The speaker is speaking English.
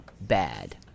Bad